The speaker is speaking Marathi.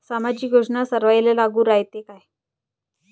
सामाजिक योजना सर्वाईले लागू रायते काय?